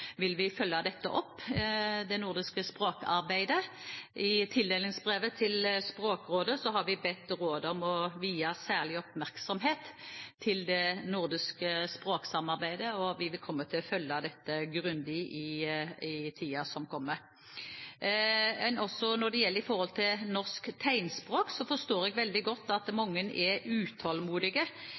vil følge opp det nordiske språkarbeidet. I tildelingsbrevet til Språkrådet har vi bedt rådet om å vie særlig oppmerksomhet til det nordiske språksamarbeidet, og vi vil komme til å følge dette grundig i tiden som kommer. Også når det gjelder norsk tegnspråk, forstår jeg veldig godt at mange er utålmodige